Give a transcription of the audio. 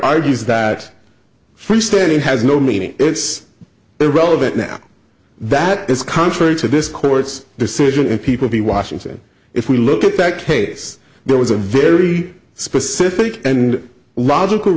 argues that freestanding has no meaning it's irrelevant now that it's contrary to this court's decision and people the washington if we look at that case there was a very specific and logical